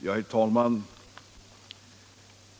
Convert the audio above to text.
Herr talman!